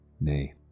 Nay